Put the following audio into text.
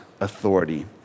authority